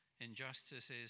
injustices